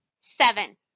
Seven